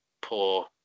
poor